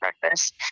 breakfast